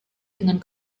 dengan